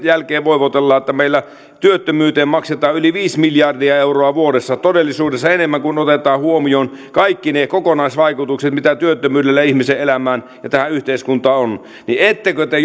jälkeen voivotellaan että meillä työttömyyteen maksetaan yli viisi miljardia euroa vuodessa todellisuudessa enemmän kun otetaan huomioon kaikki ne kokonaisvaikutukset mitä työttömyydellä ihmisen elämään ja tähän yhteiskuntaan on niin ettekö te